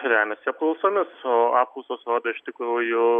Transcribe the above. remiasi apklausomis o apklausos rodo iš tikrųjų